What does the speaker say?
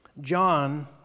John